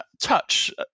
touch